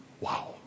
Wow